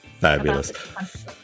Fabulous